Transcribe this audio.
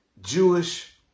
Jewish